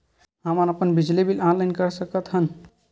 हमन अपन बिजली बिल ऑनलाइन कर सकत हन?